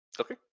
okay